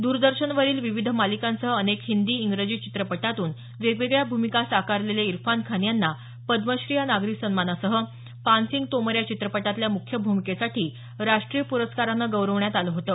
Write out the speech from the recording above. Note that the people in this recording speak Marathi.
द्रदर्शनवरील विविध मालिकांसह अनेक हिंदी इंग्रजी चित्रपटांतून वेगवेगळ्या भूमिका साकारलेले इरफान खान यांना पद्मश्री या नागरी सन्मानासह पानसिंग तोमर या चित्रपटातल्या मुख्य भूमिकेसाठी राष्ट्रीय पुरस्कारानं गौरवण्यात आलं होतं